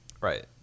Right